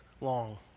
long